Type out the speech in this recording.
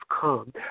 come